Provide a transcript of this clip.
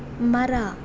ಮರ